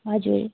हजुर